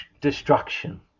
destruction